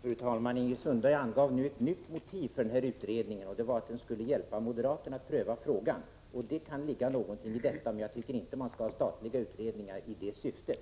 Fru talman! Ingrid Sundberg angav nu ett nytt motiv för den här utredningen: den skulle hjälpa moderaterna att pröva frågan. Och det kan ligga något i det, men jag tycker inte att man skall ha statliga utredningar i det syftet.